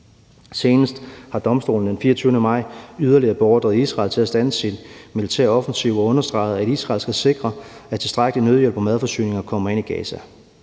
Senest har domstolen den 24. maj yderligere beordret Israel til at standse sin militære offensiv og har understreget, at Israel skal sikre, at der kommer tilstrækkeligt med nødhjælp og madforsyninger ind i Gaza.